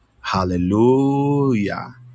Hallelujah